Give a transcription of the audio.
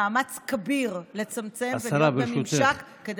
מאמץ כביר לצמצם הרבה ולבנות את הממשק כדי,